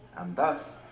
thus,